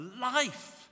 life